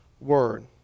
Word